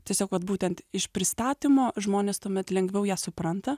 tiesiog vat būtent iš pristatymo žmonės tuomet lengviau ją supranta